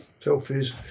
selfies